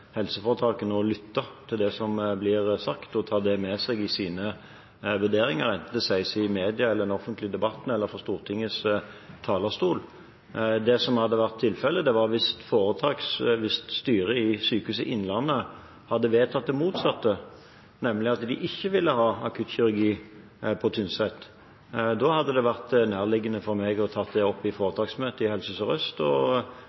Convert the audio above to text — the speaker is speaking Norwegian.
til det som blir sagt, og ta det med seg i sine vurderinger, enten det sies i media, i den offentlige debatten eller fra Stortingets talerstol. Det hadde vært tilfellet hvis styret ved Sykehuset Innlandet hadde vedtatt det motsatte, nemlig at de ikke ville ha akuttkirurgi på Tynset. Da hadde det vært nærliggende for meg å ta det opp i foretaksmøtet i Helse Sør-Øst og